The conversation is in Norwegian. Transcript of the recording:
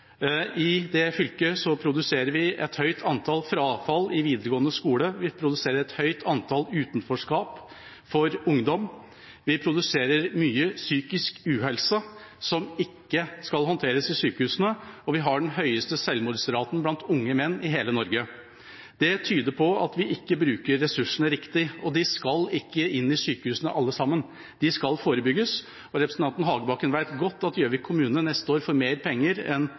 I det fylket produserer vi et høyt antall frafall i videregående skole, vi produserer et høyt antall utenforskap for ungdom, vi produserer mye psykisk uhelse, som ikke skal håndteres i sykehusene, og vi har den høyeste selvmordsraten blant unge menn i hele Norge. Det tyder på at vi ikke bruker ressursene riktig. De skal ikke inn i sykehusene, alle sammen, det skal forebygges. Representanten Hagebakken vet godt at Gjøvik kommune neste år får mer penger enn